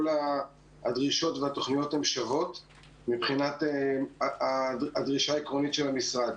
הדרישות והתוכניות שוות מבחינת הדרישה העקרונית של המשרד.